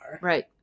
Right